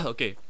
Okay